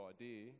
idea